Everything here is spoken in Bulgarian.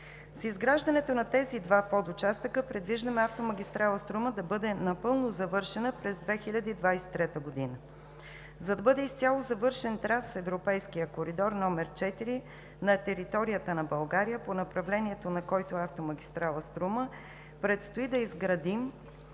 За изграждането на тези два подучастъка предвиждаме автомагистрала „Струма“ да бъде напълно завършена през 2023 г. За да бъде изцяло завършен Трансевропейският коридор № 4 на територията на България по направлението, на който е автомагистрала „Струма“, предстои да изградим